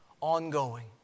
Ongoing